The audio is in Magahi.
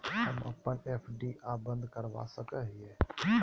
हम अप्पन एफ.डी आ बंद करवा सको हियै